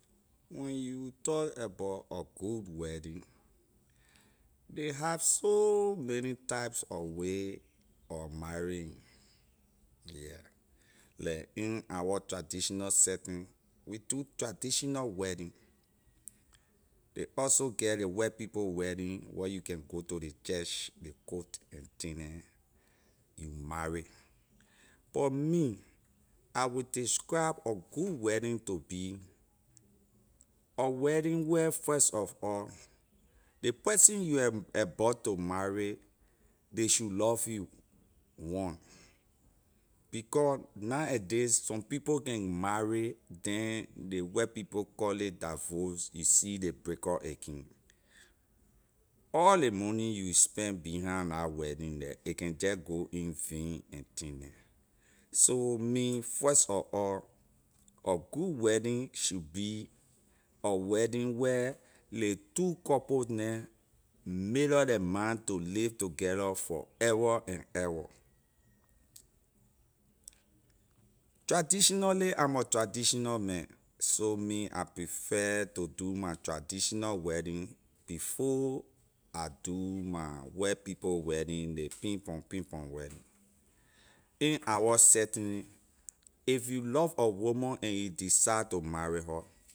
When you talk about a good wedding ley have so many types of way of marrying yeah like in our traditional setting we do traditional wedding ley also get ley white people wedding where you can go to ley church ley court and thing neh you marry but me i’ll describe a good wedding to be a wedding where first of all ley person you are about to marry ley should love you one because na a day some people can marry then ley white people call it divorce you see ley break up again all ley money you spend behind la wedding the a can jeh go in vain and thing neh so me first of all a good wedding should be a wedding where ley two couple neh may up la mind to live together forever and ever traditionally i’m a traditional man so me I prefer to do my traditional wedding before I do my white people wedding ley pin- pon pin- pon wedding in our setting if you love a woman and you decide to marry her.